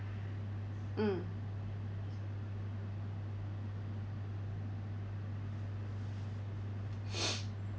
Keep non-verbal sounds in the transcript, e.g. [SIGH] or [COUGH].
mm [NOISE]